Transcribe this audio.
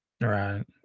Right